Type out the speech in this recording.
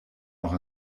noch